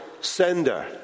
sender